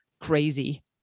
crazy